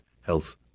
health